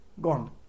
gone